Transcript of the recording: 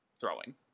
throwing